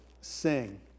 Sing